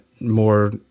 more